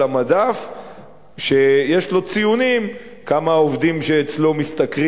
המדף ציונים: כמה משתכרים העובדים אצלו,